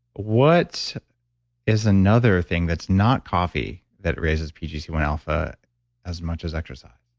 what is another thing that's not coffee that raises pgc one alpha as much as exercise?